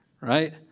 right